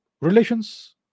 relations